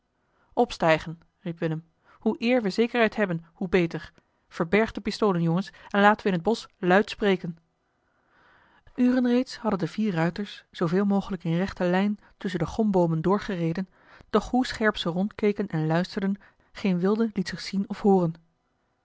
riep willem hoe eer we zekerheid hebben hoe beter verbergt de pistolen jongens en laten we in het bosch luid spreken uren reeds hadden de vier ruiters zooveel mogelijk in rechte lijn tusschen de gomboomen door gereden doch hoe scherp ze rondkeken en luisterden geen wilde liet zich zien of hooren